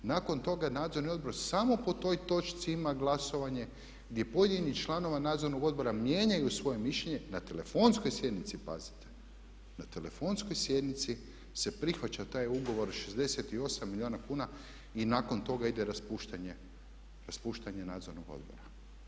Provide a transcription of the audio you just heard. Nakon toga nadzorni odbor samo po toj točci ima glasovanje gdje pojedini članovi nadzornog odbora mijenjaju svoje mišljenje na telefonskoj sjednici pazite, na telefonskoj sjednici se prihvaća taj ugovor 68 milijuna kuna i nakon toga ide raspuštanje nadzornog odbora.